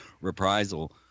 reprisal